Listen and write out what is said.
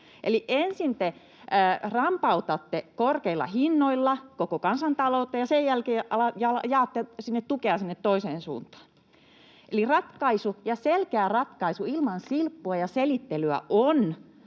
ensin te rampautatte korkeilla hinnoilla koko kansantaloutta ja sen jälkeen jaatte tukea sinne toiseen suuntaan. Ratkaisu, selkeä ratkaisu ilman silppua ja selittelyä, on